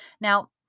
now